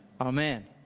Amen